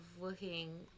looking